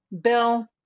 bill